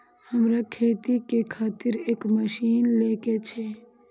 हमरा खेती के खातिर एक मशीन ले के छे?